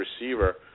receiver